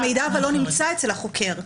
המידע לא נמצא אצל החוקר.